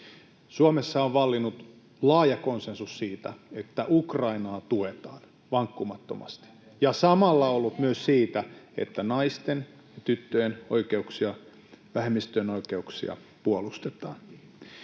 Suomessa on vallinnut laaja konsensus siitä, että Ukrainaa tuetaan vankkumattomasti, [Miko Bergbom: Näin tehdään!] ja samalla myös siitä, että naisten ja tyttöjen oikeuksia, vähemmistöjen oikeuksia, puolustetaan.